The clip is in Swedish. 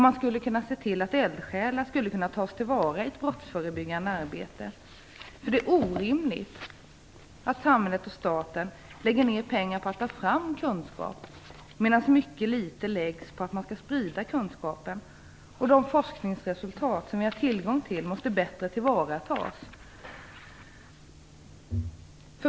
Man skulle kunna se till att eldsjälar togs till vara i ett brottsförebyggande arbete. Det är orimligt att samhället och staten lägger ner pengar på att ta fram kunskap medan mycket litet pengar läggs på att sprida kunskapen. De forskningsresultat som vi har tillgång till måste bättre tillvaratas.